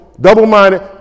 double-minded